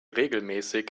regelmäßig